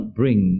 bring